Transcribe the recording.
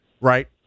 right